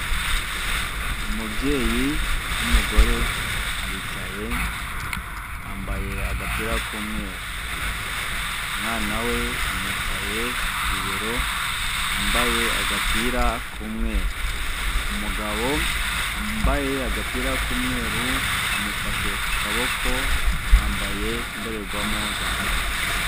Umubyeyi w'umugore aricaye, yambaye agapira k'umweru, umwana we amwicaye ku bibero, wambaye agapira k'umweru, umugabo yambaye agapira k'umweru amufashe ku kaboko, yambaye indorerwamo z'amaso.